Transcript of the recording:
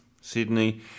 Sydney